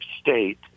state